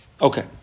Okay